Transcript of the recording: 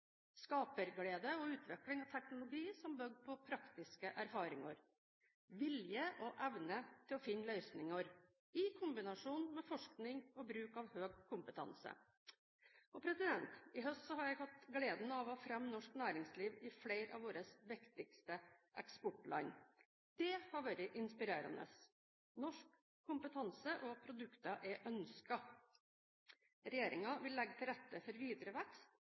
Skaperglede og utvikling av teknologi som bygger på praktiske erfaringer, vilje og evne til å finne løsninger i kombinasjon med forskning og bruk av høy kompetanse. I høst har jeg hatt gleden av å fremme norsk næringsliv i flere av våre viktigste eksportland. Det har vært inspirerende. Norsk kompetanse og norske produkter er ønsket. Regjeringen vil legge til rette for videre vekst